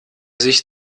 sich